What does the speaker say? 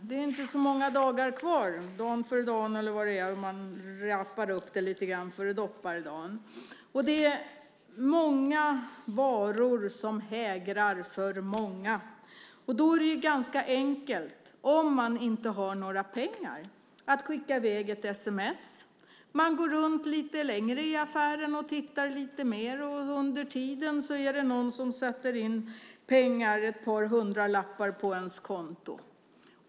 Det är ju inte så många dagar kvar - dan före dan, eller vad det är - om man liksom rappar upp det lite grann - före dopparedan. För många är det många varor som hägrar. Då är det ganska enkelt att, om man inte har några pengar, skicka i väg ett sms. Man går runt lite längre i affären och tittar lite mer. Under tiden är det någon som sätter in pengar, ett par hundra, på ens konto.